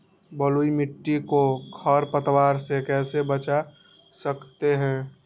बलुई मिट्टी को खर पतवार से कैसे बच्चा सकते हैँ?